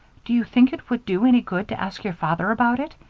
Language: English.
do you think it would do any good to ask your father about it?